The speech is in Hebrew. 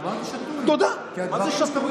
תודה רבה.